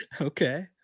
okay